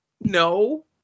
No